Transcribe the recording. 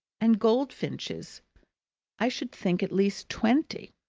and goldfinches i should think at least twenty.